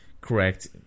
correct